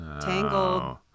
Tangled